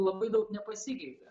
labai daug nepasikeitė